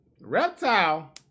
Reptile